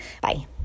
bye